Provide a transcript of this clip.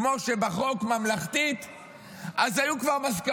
כמו הממלכתית שבחוק, אז כבר היו מסקנות,